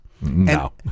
No